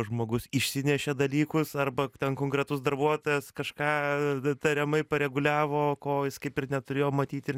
žmogus išsinešė dalykus arba ten konkretus darbuotojas kažką tariamai pareguliavo ko jis kaip ir neturėjo matyti ir